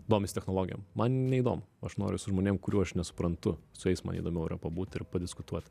domisi technologijom man neįdomu aš noriu su žmonėm kurių aš nesuprantu su jais man įdomiau yra pabūt ir padiskutuot